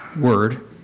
word